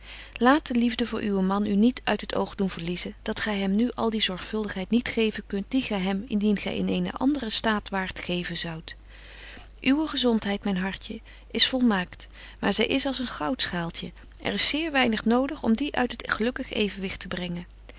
laat de liefde voor uwen man u niet uit het oog doen verliezen dat gy hem nu al die zorgvuldigheid niet geven kunt die gy hem indien gy in eenen andren staat waart geven zoudt uwe gezontheid myn hartje is volmaakt maar zy is als een goudschaaltje er is zeer weinig nodig om die uit het gelukkig evenwigt te brengen